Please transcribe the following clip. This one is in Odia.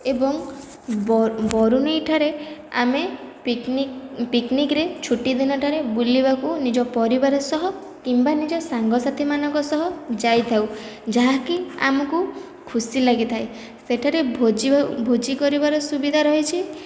ଏବଂ ବରୁଣେଇ ଠାରେ ଆମେ ପିକନିକ୍ ପିକନିକ୍ରେ ଛୁଟି ଦିନଟାରେ ବୁଲିବାକୁ ନିଜ ପରିବାର ସହ କିମ୍ବା ନିଜ ସାଙ୍ଗ ସାଥିମାନଙ୍କ ସହ ଯାଇଥାଉ ଯାହାକି ଆମକୁ ଖୁସି ଲାଗିଥାଏ ସେଠାରେ ଭୋଜି ଭୋଜି କରିବାର ସୁବିଧା ରହିଛି